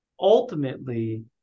ultimately